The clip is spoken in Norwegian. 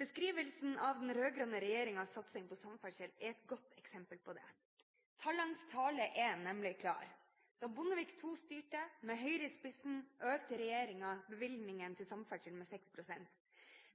Beskrivelsen av den rød-grønne regjeringens satsing på samferdsel er et godt eksempel på det: Tallenes tale er nemlig klar. Da Bondevik II styrte – med Høyre i spissen – økte regjeringen bevilgningene til samferdsel med 6 pst.